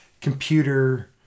computer